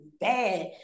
bad